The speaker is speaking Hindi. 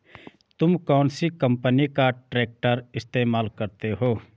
तुम कौनसी कंपनी का ट्रैक्टर इस्तेमाल करते हो?